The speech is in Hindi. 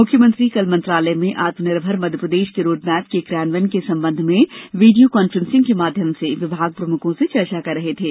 मुख्यमंत्री कल मंत्रालय में आत्मनिर्भर मध्यप्रदेश के रोडमैप के क्रियान्वयन के संबंध में वीडियो कान्फ्रेंसिंग के माध्यम से विभाग प्रमुखों से चर्चा कर रहे थे